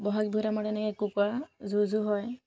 বহাগ বিহুত আমাৰ তেনেকৈ কুকুৰা যুঁজো হয়